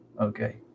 Okay